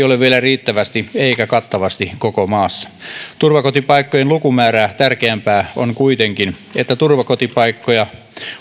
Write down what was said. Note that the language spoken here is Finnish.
ole vielä riittävästi eikä kattavasti koko maassa turvakotipaikkojen lukumäärää tärkeämpää on kuitenkin että turvakotipaikkoja